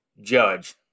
judge